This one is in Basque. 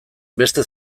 beste